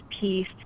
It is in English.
peace